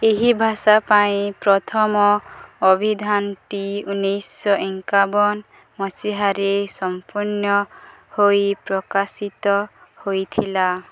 ଏହି ଭାଷା ପାଇଁ ପ୍ରଥମ ଅଭିଧାନଟି ଉନେଇଶହ ଏକାବନ ମସିହାରେ ସମ୍ପୂର୍ଣ୍ଣ ହେଇ ପ୍ରକାଶିତ ହେଇଥିଲା